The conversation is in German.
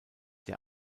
der